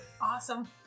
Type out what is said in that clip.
Awesome